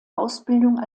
ausbildung